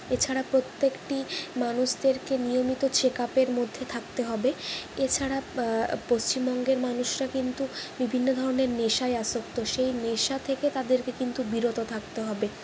এছাড়া প্রত্যেকটি মানুষদেরকে নিয়মিত চেকআপের মধ্যে থাকতে হবে এছাড়া পশ্চিমবঙ্গের মানুষরা কিন্তু বিভিন্ন ধরনের নেশায় আসক্ত সেই নেশা থেকে তাদেরকে কিন্তু বিরত থাকতে হবে